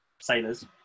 sailors